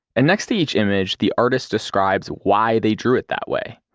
and next to each image the artist describes why they drew it that way.